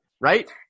right